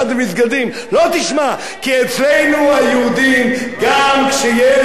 לא תשמע, כי אצלנו היהודים, גם כשיש עניים,